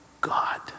God